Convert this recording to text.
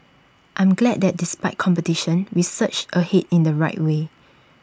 I'm glad that despite competition we surged ahead in the right way